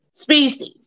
species